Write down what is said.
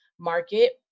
market